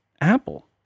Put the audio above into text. Apple